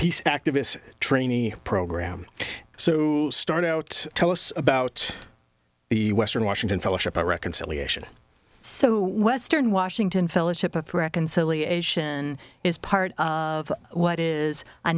peace activists trainee program so start out tell us about the western washington fellowship of reconciliation so western washington fellowship of reconciliation is part of what is a